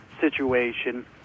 situation